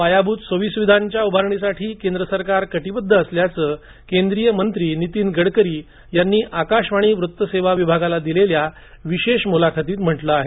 पायाभूत सोयी सुविधांच्या उभारणीसाठी केंद्र सरकार कटीबद्ध असल्याचं केंद्रीय मंत्री नितीन गडकरी यांनी आकाशवाणी वृत्त सेवा विभागाला दिलेल्या विशेष मुलाखत म्हटलं आहे